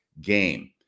game